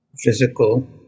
physical